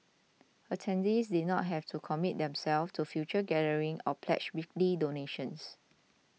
attendees did not have to commit themselves to future gatherings or pledge weekly donations